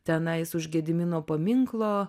tenais už gedimino paminklo